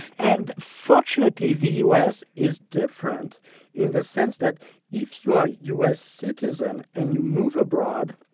and fortunately the u. s. is different in the sense that if you are a u. s. citizen and you move abroad,